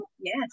Yes